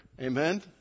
Amen